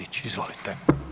Izvolite.